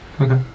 Okay